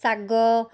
ଶାଗ